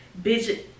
bitch